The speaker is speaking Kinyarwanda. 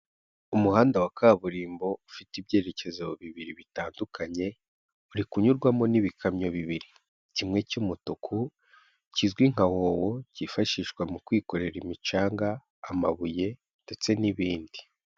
Umuhanda wa kaburimbo ufite ibyerekezo bibiri bitandukanye urikunyurwamo n'ibikamyo bibiri. Kimwe cy'umutuku kizwi nka hoho cyifashishwa mu kwikorera imicanga, amabuye, ndetse n'ibindi.